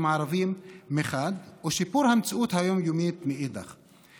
הערבים מחד גיסא ושיפור המציאות היום-יומית מאידך גיסא,